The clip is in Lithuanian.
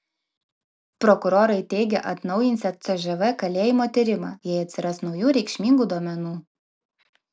prokurorai teigia atnaujinsią cžv kalėjimo tyrimą jei atsiras naujų reikšmingų duomenų